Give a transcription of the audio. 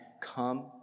Come